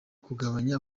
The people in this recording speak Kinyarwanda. kugabanya